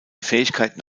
fähigkeiten